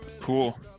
Cool